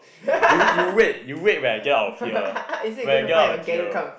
you you wait you wait when I get out of here when I get out of jail